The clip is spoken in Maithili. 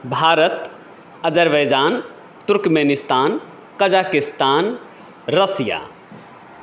Bharat Azerbaijan Turkmenistan Kazakhstan Russia